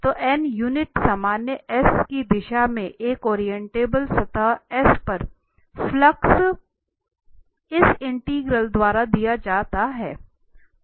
तो यूनिट सामान्य S की दिशा में एक ओरिएंटेबल सतह S पर फ्लक्स इंटीग्रल द्वारा दिया जाता है